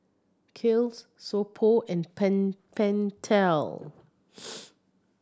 Kiehl's So Pho and Pen Pentel